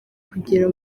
kugera